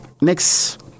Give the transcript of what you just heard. Next